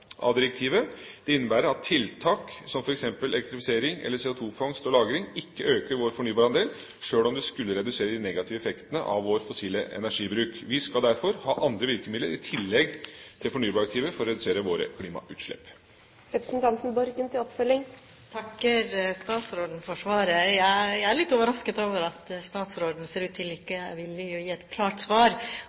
av direktivet. Det innebærer at tiltak som f.eks. elektrifisering eller CO2-fangst og lagring ikke øker vår fornybarandel, selv om det skulle redusere de negative effektene av vår fossile energibruk. Vi skal derfor ha andre virkemidler i tillegg til fornybardirektivet for å redusere våre klimautslipp. Jeg takker statsråden for svaret. Jeg er litt overrasket over at statsråden ikke ser ut til å være villig til å gi et klart svar